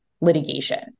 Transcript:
litigation